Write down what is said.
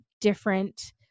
different